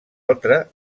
altra